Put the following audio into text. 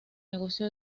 negocio